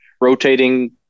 rotating